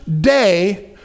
day